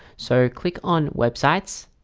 so click on web sites